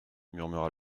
murmura